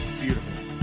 Beautiful